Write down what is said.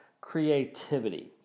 creativity